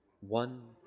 One